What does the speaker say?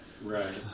Right